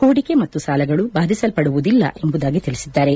ಹೂಡಿಕೆ ಮತ್ತು ಸಾಲಗಳು ಬಾಧಿಸಲ್ಲಡುವುದಿಲ್ಲ ಎಂಬುದಾಗಿ ತಿಳಿಸಿದ್ದಾರೆ